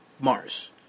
Mars